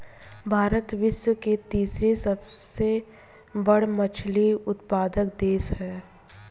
भारत विश्व के तीसरा सबसे बड़ मछली उत्पादक देश ह